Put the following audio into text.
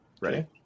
Ready